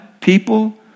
people